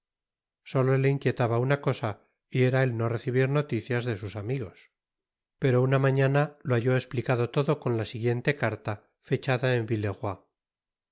solo le inquietaba una cosa y era el no recibir noticias de sus amigos pero una mañana lo halló esplicado todo con la siguiente carta fechada en